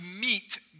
meet